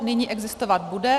Nyní existovat bude.